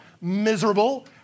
miserable